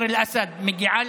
אותו.